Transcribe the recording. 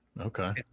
Okay